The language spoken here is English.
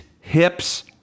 hips